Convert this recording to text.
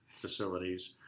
facilities